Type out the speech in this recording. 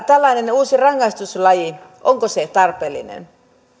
tällainen uusi rangaistuslaji tarpeellinen